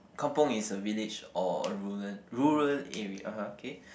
kampung is a village or a rural rural area okay